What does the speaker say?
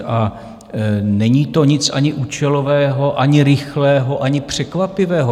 A není to nic ani účelového, ani rychlého, ani překvapivého.